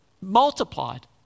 Multiplied